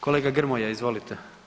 Kolega Grmoja, izvolite.